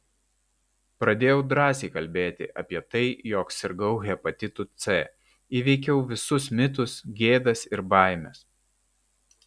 pradėjau drąsiai kalbėti apie tai jog sirgau hepatitu c įveikiau visus mitus gėdas ir baimes